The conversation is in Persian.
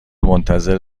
منتظر